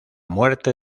muerte